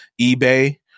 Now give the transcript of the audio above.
eBay